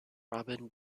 robin